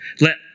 let